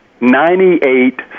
Ninety-eight